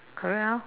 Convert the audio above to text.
correct orh